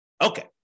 Okay